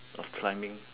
of climbing